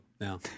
now